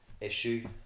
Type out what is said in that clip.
issue